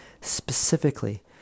specifically